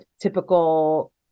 typical